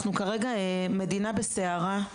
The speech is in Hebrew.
אנחנו כרגע מדינה בסערה.